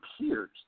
peers